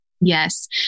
Yes